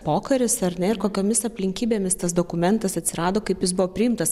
pokaris ar ne ir kokiomis aplinkybėmis tas dokumentas atsirado kaip jis buvo priimtas